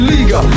Liga